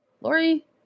Lori